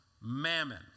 mammon